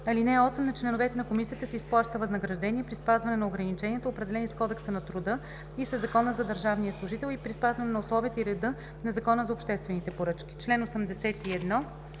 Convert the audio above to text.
(8) На членовете на комисията се изплаща възнаграждение при спазване на ограниченията, определени с Кодекса на труда и със Закона за държавния служител, и при спазване на условията и реда на Закона за обществените поръчки.“